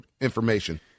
information